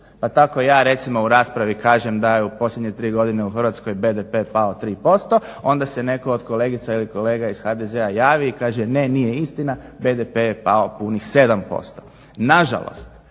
Pa tako ja recimo u raspravi kažem da je u posljednje tri godine u Hrvatskoj BDP pao 3%, onda se netko od kolegica ili kolega iz HDZ-a javi i kaže ne, nije istina, BDP je pao punih 7%.